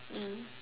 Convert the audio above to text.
mm